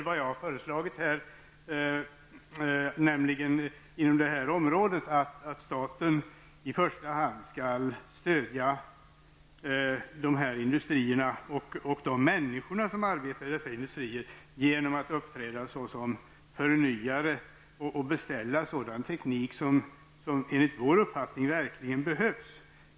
Vad jag har föreslagit på detta område är att staten i första hand skall stödja dessa industrier och de människor som arbetar där genom att uppträda som förnyare och beställa sådan teknik som enligt vår uppfattning verkligen behövs.